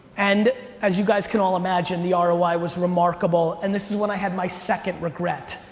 and as you guys can all imagine, the ah roi was remarkable, and this is when i had my second regret.